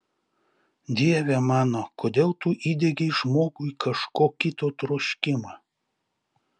dieve mano kodėl tu įdiegei žmogui kažko kito troškimą